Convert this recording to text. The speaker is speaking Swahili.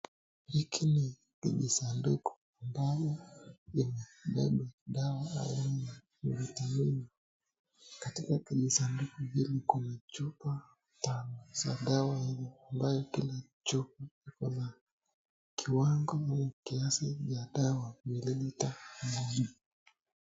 Hiki ni kijisanduku ambayo ina beba dawa aiana ya vitamini. Katika kijisanduku hili kuna chupa tano za dawa ambayo kila chupa iko na kiwango au kiasi ya dawa mililita moja.